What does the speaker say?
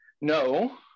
No